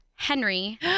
Henry